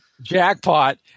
Jackpot